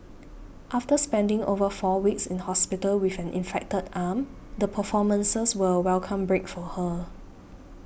after spending over four weeks in hospital with an infected arm the performances were a welcome break for her